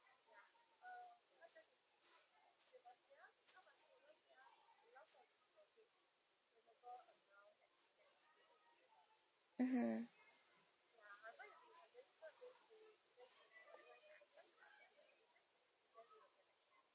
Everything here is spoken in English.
mmhmm